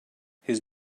his